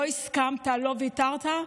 לא הסכמת ולא ויתרת,